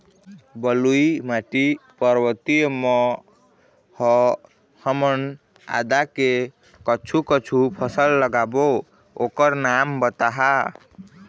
बलुई माटी पर्वतीय म ह हमन आदा के कुछू कछु फसल लगाबो ओकर नाम बताहा?